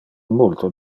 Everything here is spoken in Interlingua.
multo